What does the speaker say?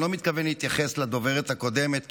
אני לא מתכוון להתייחס לדוברת הקודמת,